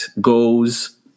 goes